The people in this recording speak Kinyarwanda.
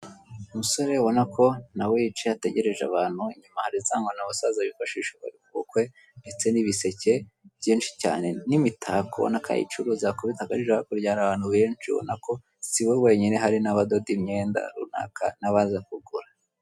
Ibikorwaremezo byubakwa na Leta, harimo gare zigezweho zirimo n'imodoka zijyanye n'igihe, aho imodoka nini itwara abagenzi rusange.